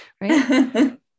right